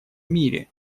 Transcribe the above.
мире